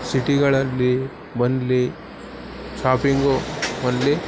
ಸಿಟಿಗಳಲ್ಲಿ only shopping only